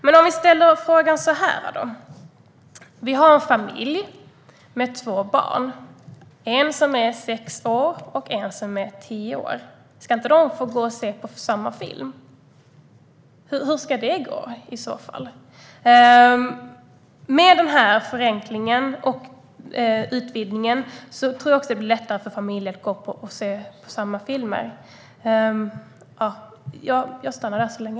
Men vi kan ställa frågan så här: Vi har en familj med två barn, ett som är sex år och ett som är tio år. Ska inte de få gå och se på samma film? Hur ska det gå, i så fall? Med denna förenkling och utvidgning tror jag att det också blir lättare för familjer att gå och se samma filmer. Jag stannar där så länge.